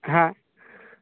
ᱦᱮᱸ